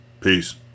Peace